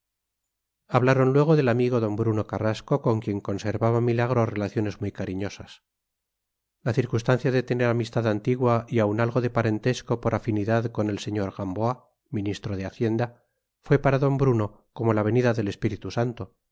hablaron luego del amigo d bruno carrasco con quien conservaba milagro relaciones muy cariñosas la circunstancia de tener amistad antigua y aun algo de parentesco por afinidad con el sr gamboa ministro de hacienda fue para d bruno como la venida del espíritu santo